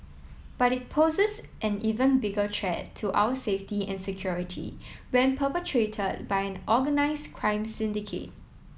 but it poses an even bigger threat to our safety and security when perpetrated by an organised crime syndicate